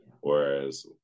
Whereas